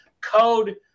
code